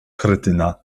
kretyna